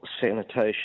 sanitation